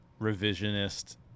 revisionist